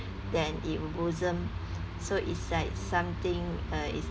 then it will blossom so it's like something uh it's